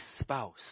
spouse